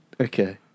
Okay